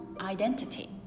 identity